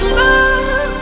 love